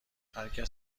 هرکس